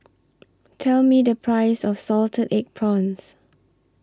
Tell Me The Price of Salted Egg Prawns